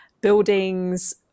buildings